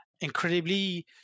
Incredibly